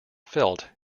felt